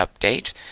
update